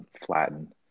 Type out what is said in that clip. flatten